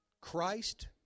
Christ